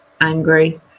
angry